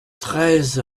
treize